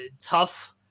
tough